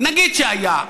נגיד שהיה,